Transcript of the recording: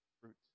fruits